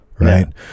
Right